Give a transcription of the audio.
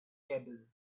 table